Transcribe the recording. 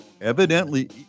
evidently